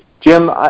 Jim